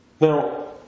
Now